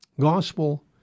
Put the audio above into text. Gospel